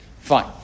Fine